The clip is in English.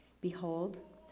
Behold